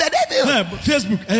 Facebook